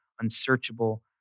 unsearchable